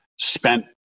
spent